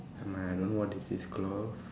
never mind I don't what is this cloth